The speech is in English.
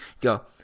Go